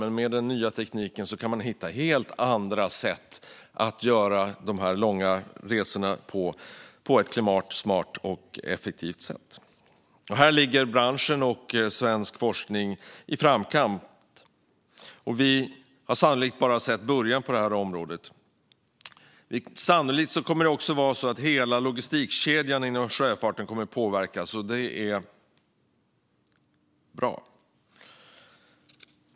Men med den nya tekniken kan man hitta helt andra sätt att göra de här långa resorna på ett klimatsmart och effektivt sätt. Här ligger branschen och svensk forskning i framkant. Vi har sannolikt bara sett början på det här området. Sannolikt kommer också hela logistikkedjan inom sjöfarten att påverkas, och det är bra.